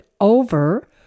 over